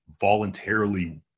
voluntarily